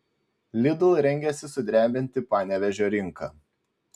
lidl rengiasi sudrebinti panevėžio rinką